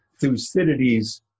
Thucydides